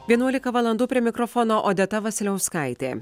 vienuolika valandų prie mikrofono odeta vasiliauskaitė